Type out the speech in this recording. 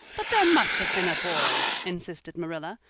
but there must have been a boy, insisted marilla.